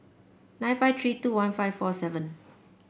nine five three two one five four seven